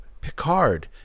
picard